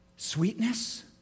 Sweetness